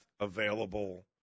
available